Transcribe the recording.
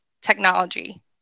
technology